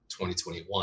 2021